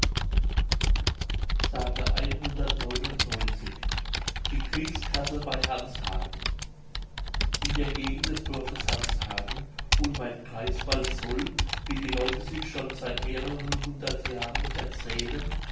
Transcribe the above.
die kriegskasse bei hanshagen in der gegend des dorfes hanshagen unweit greifswald soll wie die leute sich schon seit mehreren hundert jahren erzählen